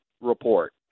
report